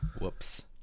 Whoops